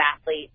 athlete